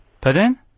Pardon